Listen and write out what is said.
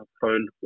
phone